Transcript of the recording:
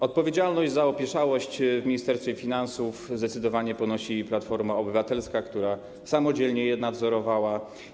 Odpowiedzialność za opieszałość w Ministerstwie Finansów zdecydowanie ponosi Platforma Obywatelska, która samodzielnie je nadzorowała.